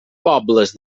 pobles